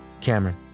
Cameron